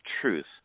truth